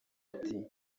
ati